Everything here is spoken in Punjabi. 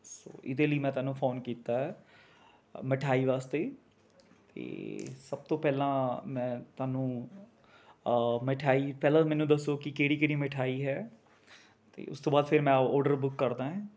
ਸ ਇਹਦੇ ਲਈ ਮੈਂ ਤੁਹਾਨੂੰ ਫ਼ੋਨ ਕੀਤਾ ਹੈ ਮਿਠਾਈ ਵਾਸਤੇ ਅਤੇ ਸਭ ਤੋਂ ਪਹਿਲਾਂ ਮੈਂ ਤੁਹਾਨੂੰ ਮਿਠਾਈ ਪਹਿਲਾਂ ਮੈਨੂੰ ਦੱਸੋ ਕਿ ਕਿਹੜੀ ਕਿਹੜੀ ਮਿਠਾਈ ਹੈ ਅਤੇ ਉਸ ਤੋਂ ਬਾਅਦ ਫਿਰ ਮੈਂ ਔਰਡਰ ਬੁੱਕ ਕਰਦਾ ਹੈ